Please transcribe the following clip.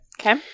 Okay